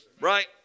Right